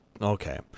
Okay